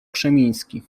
krzemiński